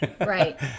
right